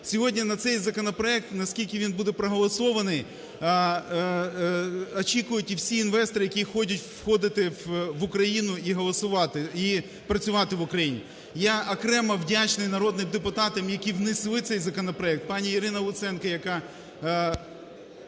Сьогодні на цей законопроект, наскільки він буде проголосований, очікують і всі інвестори, які хочуть входити в Україну і голосувати… і працювати в Україні. Я окремо вдячний народним депутатам, які внесли цей законопроект: пані Ірина Луценко, яка…